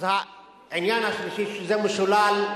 אז העניין השלישי, שזה משולל,